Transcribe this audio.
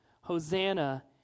Hosanna